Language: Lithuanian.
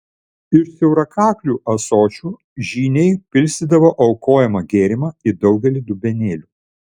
iš siaurakaklių ąsočių žyniai pilstydavo aukojamą gėrimą į daugelį dubenėlių